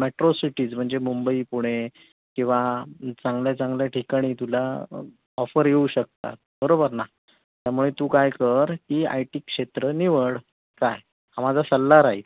metro cities म्हणजे मुंबई पुणे किंवा चांगल्या चांगल्या ठिकाणी तुला ऑफर येऊ शकतात बरोबर ना त्यामुळे तू काय कर की आय टी क्षेत्र निवड काय हा माझा सल्ला राहील